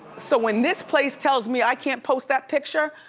so when this place tells me i can't post that picture.